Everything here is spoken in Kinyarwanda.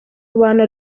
abana